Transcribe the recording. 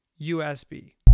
USB